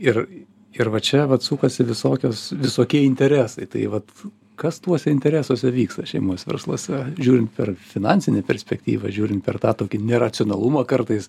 ir ir va čia vat sukasi visokios visokie interesai tai vat kas tuose interesuose vyksta šeimos versluose žiūrint per finansinę perspektyvą žiūrint per tą tokį neracionalumą kartais